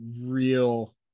real